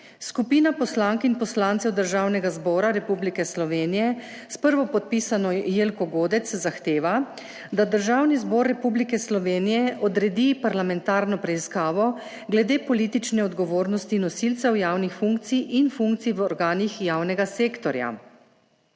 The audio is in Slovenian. Skupina poslank in poslancev Državnega zbora Republike Slovenije s prvopodpisano Jelko Godec zahteva, da Državni zbor Republike Slovenije odredi parlamentarno preiskavo glede politične odgovornosti nosilcev javnih funkcij in funkcij v organih javnega sektorja